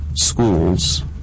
schools